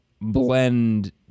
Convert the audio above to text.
blend